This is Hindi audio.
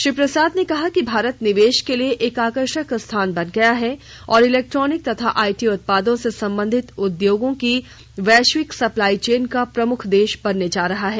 श्री प्रसाद ने कहा कि भारत निवेश के लिए एक आकर्षक स्थान बन गया है और इलेक्ट्रॉनिक तथा आईटी उत्पादों से सम्बंधित उद्योगों की वैश्विक सप्लाई चेन का प्रमुख देश बनने जा रहा है